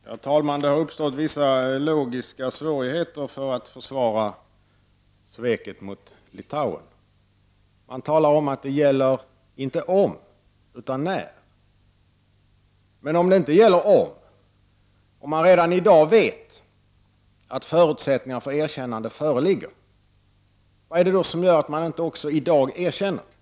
Herr talman! Det har uppstått vissa logiska svårigheter när det gäller att kunna försvara sveket mot Litauen. Man talar om att frågan inte är om utan när Litauen skall erkännas. Men om frågan inte är om vi skall erkänna Litauen, om man redan i dag vet att förutsättningar för ett erkännande föreligger, vad är det då som gör att man inte också i dag erkänner Litauen?